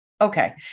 Okay